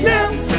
Now